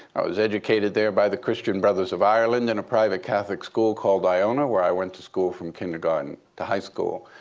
i was educated there by the christian brothers of ireland in a private catholic school called iona where i went to school from kindergarten to high school.